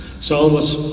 so all of us,